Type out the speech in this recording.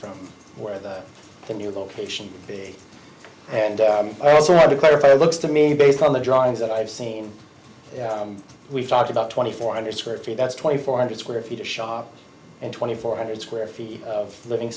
from where the new location be and i also have to clarify it looks to me based on the drawings that i've seen we've talked about twenty four hundred square feet that's twenty four hundred square feet a shock and twenty four hundred square feet of living